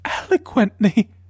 eloquently